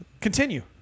Continue